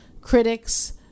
Critics